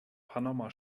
panama